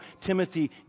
Timothy